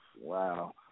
Wow